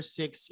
six